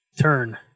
turn